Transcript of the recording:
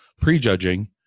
pre-judging